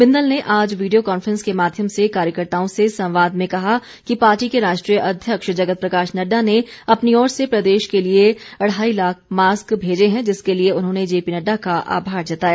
बिंदल ने आज विडियों कॉन्फ्रैंस के माध्यम से कार्यकर्ताओं से संवाद में कहा कि पार्टी के राष्ट्रीय अध्यक्ष जगत प्रकाश नड़डा ने अपनी ओर से प्रदेश के लिए ढ़ाई लाख मास्क मेजे है जिसके लिए उन्होंने जेपीनड्डा का आभार जताया